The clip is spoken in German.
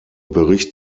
bericht